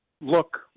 look